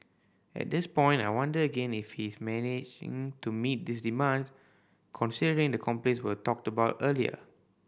at this point I wonder again if he's managing to meet these demands considering the complaints we talked about earlier